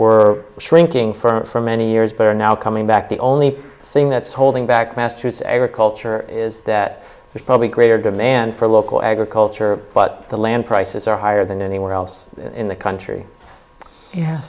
were shrinking for many years but are now coming back the only thing that's holding back masters ever culture is that there's probably greater demand for local agriculture but the land prices are higher than anywhere else in the country ye